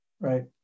right